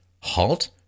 halt